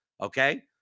Okay